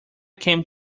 came